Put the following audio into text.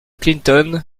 clinton